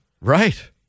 right